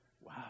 wow